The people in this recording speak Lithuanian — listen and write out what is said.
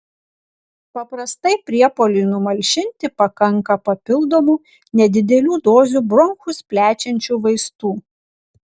paprastai priepuoliui numalšinti pakanka papildomų nedidelių dozių bronchus plečiančių vaistų